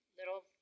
little